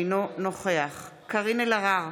אינו נוכח קארין אלהרר,